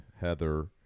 Heather